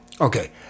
Okay